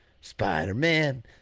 Spider-Man